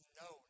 no